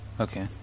Okay